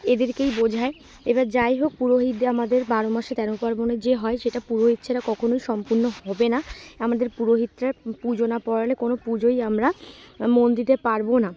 এদেরকেই বোঝায় এবার যাই হোক পুরোহিতের আমাদের বারো মাসে তেরো পার্বণে যে হয় সেটা পুরোহিত ছাড়া কখনোই সম্পূর্ণ হবে না আমাদের পুরোহিতরা পুজো না পড়ালে কোনো পুজোই আমরা মন্দিরে পারবো না